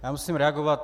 Já musím reagovat.